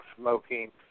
smoking